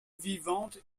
vivante